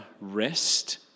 rest